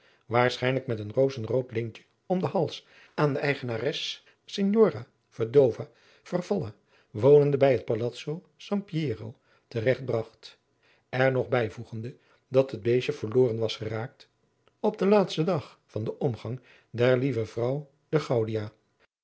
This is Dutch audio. waarschijnlijk met een rozenrood lintje om den hals aan de eigenares signora vedova farfalla wonende bij het palazzo sampieri te regt bragt er nog bijvoegende dat het beestje verloren was geraakt op den laatsten dag van den omgang der lieve vrouw